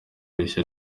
rishya